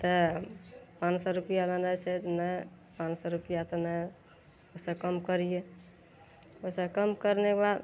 तै पाँच सए रुपैआ माँगै छै नहि पाँच सए रुपया तऽ नहि ओहि सऽ कम करिये ओहि सऽ कम करने बाद